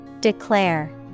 Declare